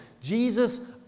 Jesus